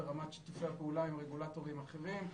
ברמת שיתופי הפעולה עם הרגולטורים האחרים,